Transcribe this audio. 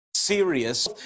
Serious